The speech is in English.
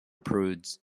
prudes